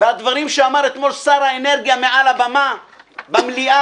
והדברים שאמר אתמול שר האנרגיה מעל הבמה במליאה,